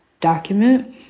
document